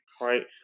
right